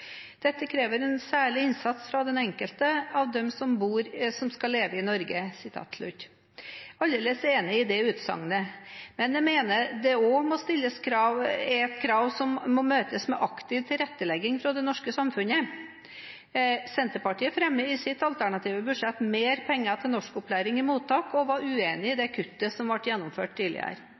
Dette krever en særlig innsats fra hver enkelt av dem som skal leve i Norge.» Jeg er aldeles enig i det utsagnet, men jeg mener også at det er et krav som må møtes med aktiv tilretteleggelse fra det norske samfunnet. Senterpartiet fremmer i sitt alternative budsjett mer penger til norskopplæring i mottak og var uenig i det kuttet som ble gjennomført tidligere.